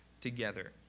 together